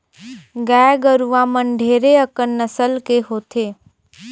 गाय गरुवा मन ढेरे अकन नसल के होथे